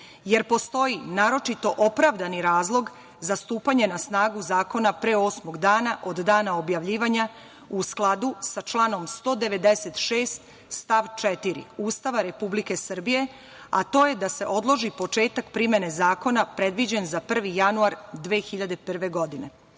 jer postoji naročito opravdani razlog za stupanje na snagu zakona pre osmog dana od dana objavljivanja u skladu sa članom 196. stav 4. Ustava Republike Srbije, a to je da se odloži početak primene zakona predviđen za 1. januar 2021. godine,